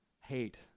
hate